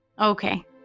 okay